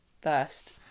first